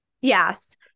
Yes